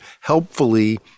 helpfully